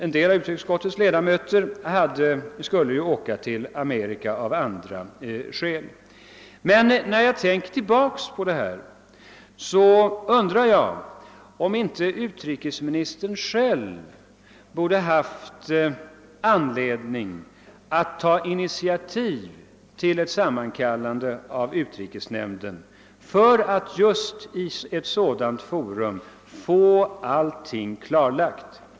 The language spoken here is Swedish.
En del av utrikesutskottets ledamöter skulle resa till Amerika av andra skäl. När jag tänker tillbaka på detta undrar jag emellertid, om inte utrikesministern själv borde ha haft anledning att ta initiativ till ett sammankallande av utrikesnämnden för att inför ett sådant forum få allting klarlagt.